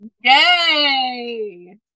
Yay